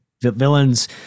villains